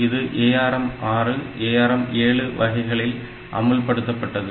இது ARM6 ARM7 வகைகளில் அமுல்படுத்தப்பட்டது